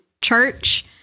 church